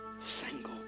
single